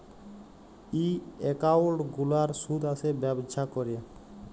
ই account গুলার সুদ আসে ব্যবছা ক্যরে